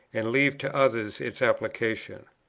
and leave to others its application.